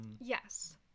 Yes